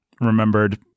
remembered